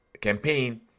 campaign